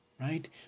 right